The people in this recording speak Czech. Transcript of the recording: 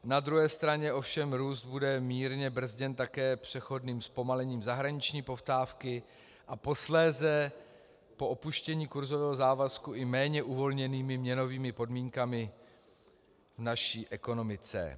Na druhé straně ovšem bude růst mírně brzděn také přechodným zpomalením zahraniční poptávky a posléze, po opuštění kurzového závazku, i méně uvolněnými měnovým podmínkami v naší ekonomice.